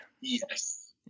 Yes